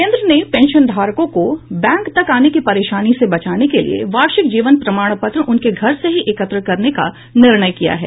केन्द्र ने पेंशनधारकों को बैंक तक आने की परेशानी से बचाने के लिए वार्षिक जीवन प्रमाण पत्र उनके घर से ही एकत्र करने का निर्णय किया है